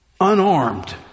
unarmed